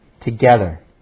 together